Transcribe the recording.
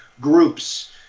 groups